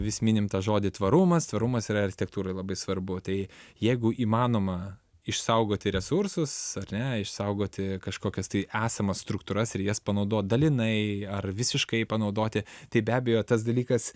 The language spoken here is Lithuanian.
vis minim tą žodį tvarumas tvarumas yra architektūroj labai svarbu tai jeigu įmanoma išsaugoti resursus ar ne išsaugoti kažkokias tai esamas struktūras ir jas panaudot dalinai ar visiškai panaudoti tai be abejo tas dalykas